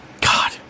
God